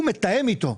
הוא מתאם איתו.